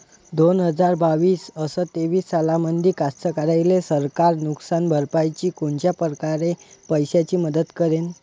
दोन हजार बावीस अस तेवीस सालामंदी कास्तकाराइले सरकार नुकसान भरपाईची कोनच्या परकारे पैशाची मदत करेन?